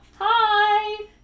hi